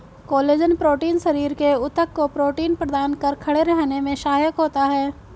collagen protein शरीर के ऊतक को प्रोटीन प्रदान कर खड़े रहने में सहायक होता है